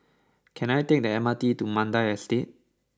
can I take the M R T to Mandai Estate